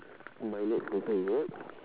my next question is it